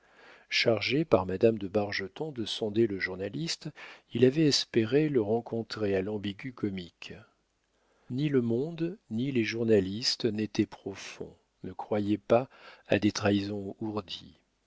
chargé par madame de bargeton de sonder le journaliste il avait espéré le rencontrer à l'ambigu-comique ni le monde ni les journalistes n'étaient profonds ne croyez pas à des trahisons ourdies